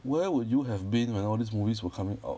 where would you have been when all these movies were coming out